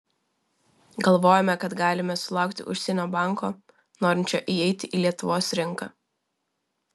galvojome kad galime sulaukti užsienio banko norinčio įeiti į lietuvos rinką